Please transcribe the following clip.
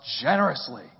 generously